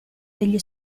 degli